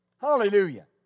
Hallelujah